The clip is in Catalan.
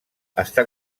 està